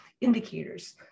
indicators